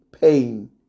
pain